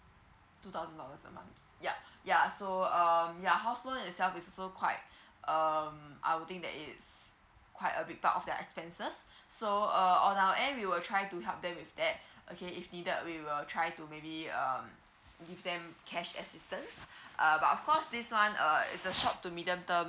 two thousand dollar a month yup ya so um ya house loan itself is also quite um I will think that it's quite a big part of their expenses so err on our end we will try to help them with that okay if needed we will try to maybe um give them cash assistants uh but of course this one uh is a short to medium term